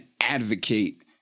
advocate